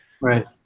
Right